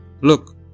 Look